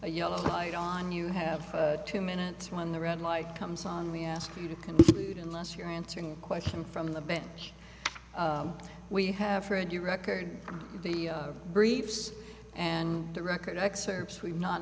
a yellow light on you have two minutes when the red light comes on we ask you to can unless you're answering a question from the bench we have heard you record the briefs and the record excerpts we've not